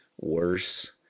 worse